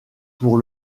pour